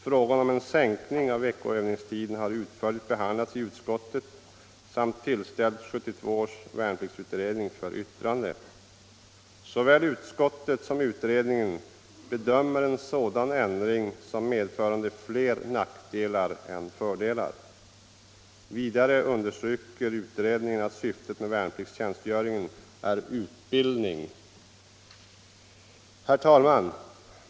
Frågan om en sänkning av veckoövningstiden har utförligt behandlats i utskottet samt underställts 1972 års värnpliktsutredning för yttrande. Såväl utskottet som utredningen bedömer en sådan ändring som medförande fler nackdelar än fördelar. Vidare understryker utredningen att syftet med värnpliktstjänstgöringen är utbildning. Herr talman!